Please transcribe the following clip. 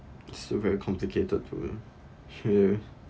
still very complicated to hear